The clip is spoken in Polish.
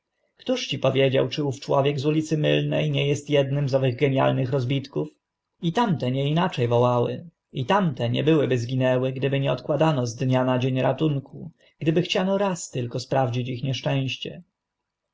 któż ci powiedział czy ów człowiek z ulicy mylne nie est ednym z owych genialnych rozbitków i tamte nie inacze wołały i tamte nie byłyby zginęły gdyby nie odkładano z dnia na dzień ratunku gdyby chciano raz tylko sprawdzić ich nieszczęście